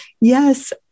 yes